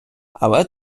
але